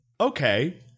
okay